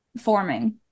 forming